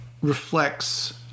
reflects